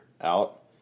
out